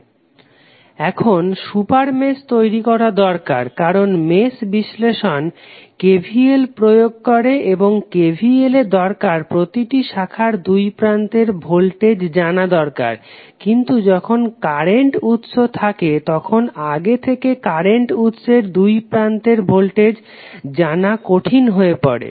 Refer Slide Time 2004 এখন super mesh তৈরি করা দরকার কারণ মেশ বিশ্লেষণ KVL প্রয়োগ করে এবং KVL এ দরকার প্রতিটি শাখার দুই প্রান্তের ভোল্টেজ জানা দরকার কিন্তু যখন কারেন্ট উৎস থাকে তখন আগে থেকে কারেন্ট উৎসের দুই প্রান্তের ভোল্টেজ জানা কঠিন হয়ে পড়ে